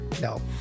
No